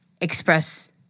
express